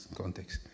context